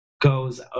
goes